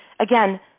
Again